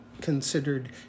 considered